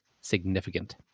significant